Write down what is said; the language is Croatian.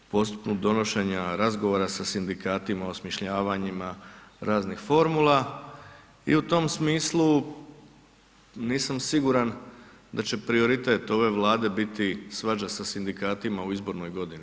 U postupku donošenja, razgovora sa sindikatima, osmišljavanjima raznih formula i u tom smislu nisam siguran da će prioritet ove Vlade biti svađa sa sindikatima u izbornoj godini.